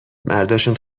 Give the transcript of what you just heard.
مرداشون